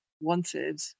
wanted